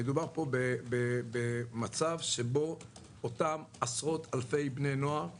מדובר במצב שבו אותם עשרות אלפי בני נוער,